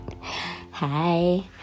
Hi